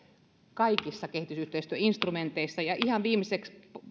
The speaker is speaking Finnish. kaikissa kehitysyhteistyöinstrumenteissa ja ihan viimeiseksi